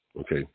Okay